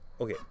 Okay